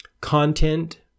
content